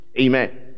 Amen